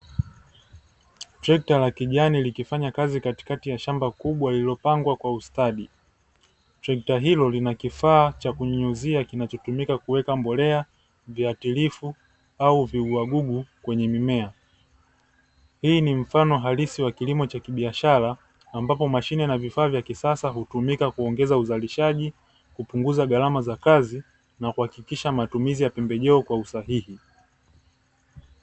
Trekta la kijani likifanya kazi katikati ya shamba kubwa lililopangwa kwa ustadi. Trekta hilo lina kifaa cha kunyunyuzia kinachotumika kuweka mbolea, viatilifu au viua gugu kwenye mimea. Hii ni mfano halisi wa kilimo cha kibiashara ambapo mashine na vifaa vya kisasa hutumika kuongeza uzalishaji, kupunguza gharama za kazi na kuhakikisha matumizi ya pembejeo kwa usahihi.